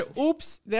Oops